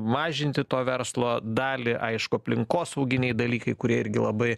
mažinti to verslo dalį aišku aplinkosauginiai dalykai kurie irgi labai